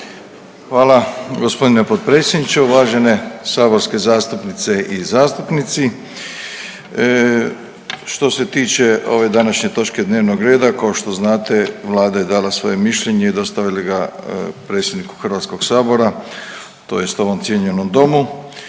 Hvala g. potpredsjedniče. Uvažene saborske zastupnice i zastupnici. Što se tiče ove današnje točke dnevnog reda, kao što znate, Vlada je dala svoje mišljenje i dostavila ga predsjedniku HS-a tj. ovom cijenjenom Domu.